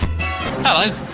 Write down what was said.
Hello